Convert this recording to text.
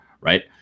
Right